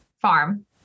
farm